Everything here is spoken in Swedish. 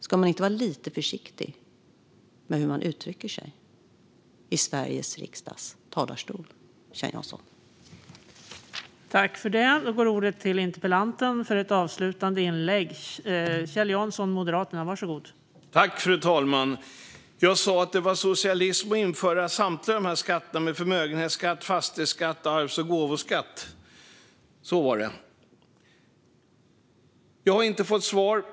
Ska man inte vara lite försiktig med hur man uttrycker sig i Sveriges riksdags talarstol, Kjell Jansson?